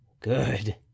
good